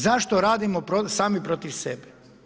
Zašto radimo sami protiv sebe?